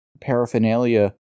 paraphernalia